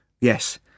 Yes